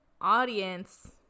Audience